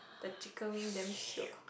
the chicken wing damn shiok